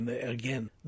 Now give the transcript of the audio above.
again